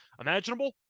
imaginable